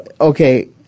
okay